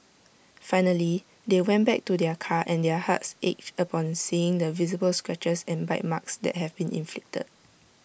finally they went back to their car and their hearts ached upon seeing the visible scratches and bite marks that had been inflicted